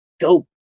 go